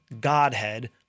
Godhead